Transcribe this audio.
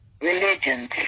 religions